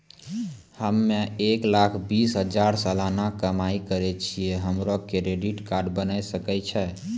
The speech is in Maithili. हम्मय एक लाख बीस हजार सलाना कमाई करे छियै, हमरो क्रेडिट कार्ड बने सकय छै?